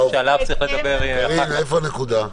קארין, איפה הנקודה?